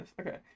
Okay